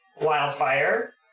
wildfire